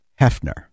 Hefner